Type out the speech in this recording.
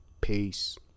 Peace